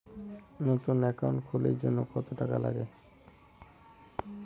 নতুন একাউন্ট খুলির জন্যে কত টাকা নাগে?